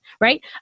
right